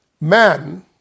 man